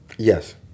Yes